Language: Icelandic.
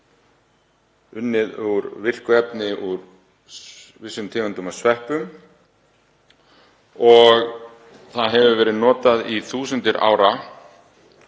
unnið úr virku efni úr vissum tegundum af sveppum og það hefur verið notað í þúsundir ára